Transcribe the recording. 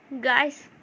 Guys